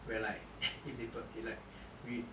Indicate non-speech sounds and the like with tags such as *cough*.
where like *coughs* if they pur~ they like we